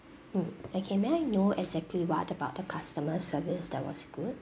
mm okay may I know exactly what about the customer service that was good